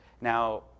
Now